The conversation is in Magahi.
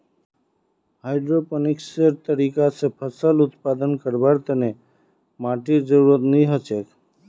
हाइड्रोपोनिक्सेर तरीका स फसल उत्पादन करवार तने माटीर जरुरत नी हछेक